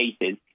cases